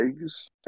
eggs